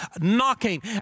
knocking